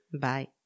Bye